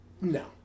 No